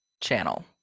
channel